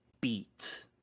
beat